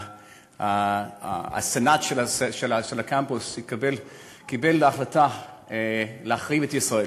הסנאט של הקמפוס קיבל החלטה להחרים את ישראל.